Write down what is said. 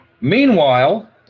Meanwhile